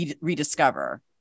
rediscover